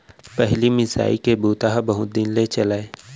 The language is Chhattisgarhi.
पहिली मिसाई के बूता ह बहुत दिन ले चलय